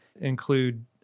include